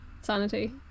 sanity